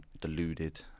deluded